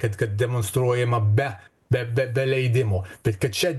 kad kad demonstruojama be be be be leidimo bet kad čia